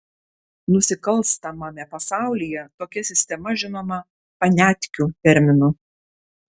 nusikalstamame pasaulyje tokia sistema žinoma paniatkių terminu